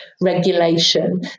regulation